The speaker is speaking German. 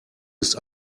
ist